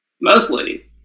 Mostly